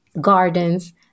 gardens